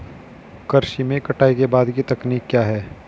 कृषि में कटाई के बाद की तकनीक क्या है?